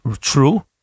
true